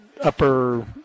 upper